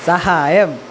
സഹായം